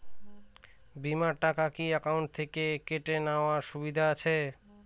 বিমার টাকা কি অ্যাকাউন্ট থেকে কেটে নেওয়ার সুবিধা আছে?